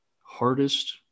hardest